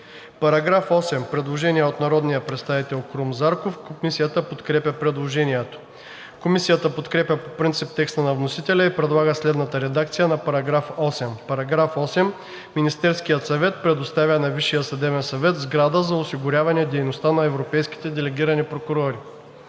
По § 8 има предложение от народния представител Крум Зарков. Комисията подкрепя предложението. Комисията подкрепя по принцип текста на вносителя и предлага следната редакция на § 8: „§ 8. Министерският съвет предоставя на Висшия съдебен съвет сграда за осигуряване дейността на европейските делегирани прокурори.“